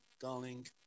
darling